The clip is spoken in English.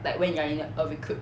like when you are i~ in a recruit